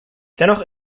dennoch